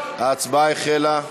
ההצבעה החלה.